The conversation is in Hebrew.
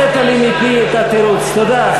הוצאת לי מפי את התירוץ, תודה.